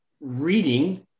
reading